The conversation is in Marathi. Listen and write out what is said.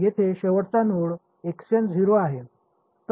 येथे शेवटचा नोड 0 आहे